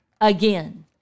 again